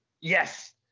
Yes